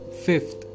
fifth